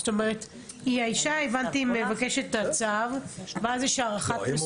זאת אומרת האישה מבקשת את הצו ואז יש הערכת מסוכנות -- אם